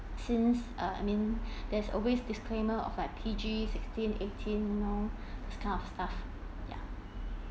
since(uh) I mean there's always disclaimer of like P_G sixteen eighteen this kind of stuff yeah